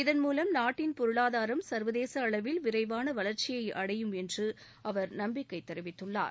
இதன் மூலம் நாட்டின் பொருளாதாரம் சர்வதேச அளவில் விரைவான வளர்ச்சியை அடையும் என்று அவர் நம்பிக்கை தெரிவித்துள்ளார்